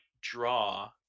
draw